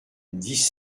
dix